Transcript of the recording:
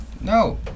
No